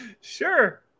sure